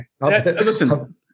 listen